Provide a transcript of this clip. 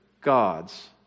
gods